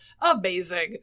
amazing